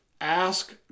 Ask